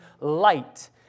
light